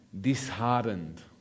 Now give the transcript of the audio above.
disheartened